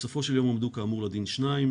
בסופו של יום, כאמור, הועמדו לדין שניים.